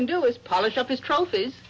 and do as polish up as trophies